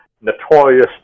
notorious